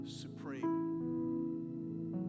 supreme